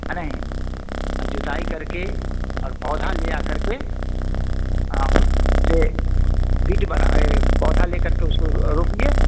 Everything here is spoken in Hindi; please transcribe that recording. है ना और जुताई करके और पौधा ले आ करके आप उससे बीट बना पौधा ले करके उसको रोपिए